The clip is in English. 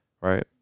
right